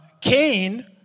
Cain